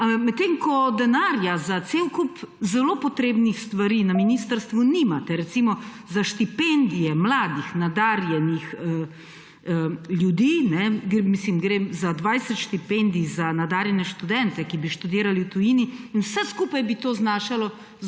medtem ko denarja za cel kup zelo potrebnih stvari na ministrstvu nimate. Recimo za štipendije mladih, nadarjenih ljudi, mislim, da gre za 20 štipendij za nadarjene študente, ki bi študirali v tujini, in vse skupaj bi to znašalo